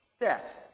death